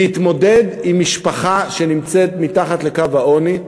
להתמודד עם משפחה שנמצאת מתחת לקו העוני,